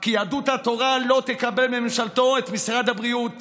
כי יהדות התורה לא תקבל בממשלתו את משרד הבריאות